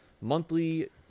monthly